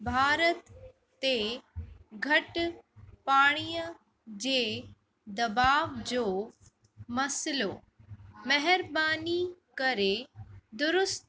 भारत ते घटि पाणीअ जे दबॿाउ जो मसलो महिरबानी करे दुरुस्त